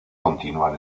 continuar